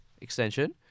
extension